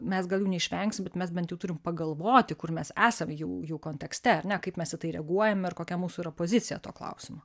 mes gal jų neišvengsim bet mes bent jau turim pagalvoti kur mes esam jau jų kontekste ar ne kaip mes į tai reaguojam ir kokia yra mūsų opozicija tuo klausimu